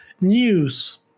news